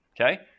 Okay